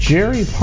Jerry